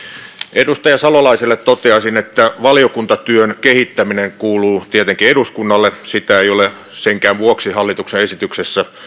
edustaja salolaiselle toteaisin että valiokuntatyön kehittäminen kuuluu tietenkin eduskunnalle sitä ei ole senkään vuoksi hallituksen esityksessä